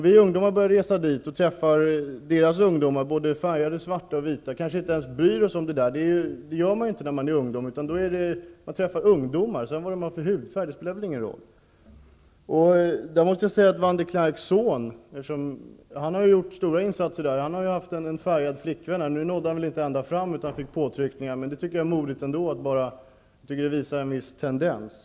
Vi ungdomar borde resa dit, träffa ungdomar, både färgade, svarta och vita. Vi ungdomar bryr oss inte om hudfärgen, det gör man inte när man är ung. Man vill träffa ungdomar, och då spelar hudfärgen ingen roll. Jag måste säga att de Klerks son har gjort stora insatser. Han hade en färgad flickvän. Nu nådde han inte ända fram utan föll för påtryckningar. Det var modigt ändå och visar en viss tendens.